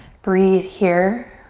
breathe here.